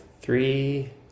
three